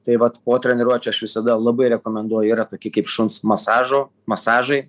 tai vat po treniruočių aš visada labai rekomenduoju yra tokie kaip šuns masažo masažai